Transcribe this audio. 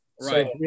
Right